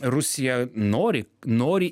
rusija nori nori